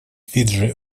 фиджи